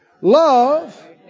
Love